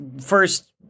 first –